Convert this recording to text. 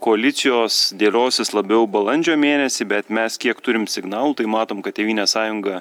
koalicijos dėliosis labiau balandžio mėnesį bet mes kiek turim signalų tai matom kad tėvynės sąjunga